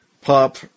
pop